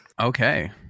Okay